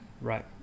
Right